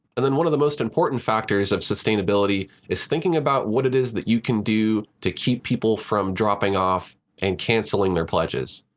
and then one of the most important factors of sustainability is thinking about what it is that you can do to keep people from dropping off and canceling their pledges.